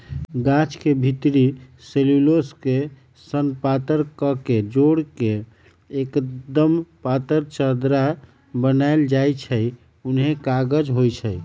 गाछ के भितरी सेल्यूलोस के सन पातर कके जोर के एक्दम पातर चदरा बनाएल जाइ छइ उहे कागज होइ छइ